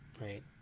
right